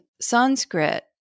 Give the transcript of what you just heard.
Sanskrit